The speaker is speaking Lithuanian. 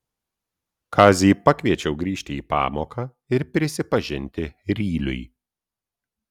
kazį pakviečiau grįžti į pamoką ir prisipažinti ryliui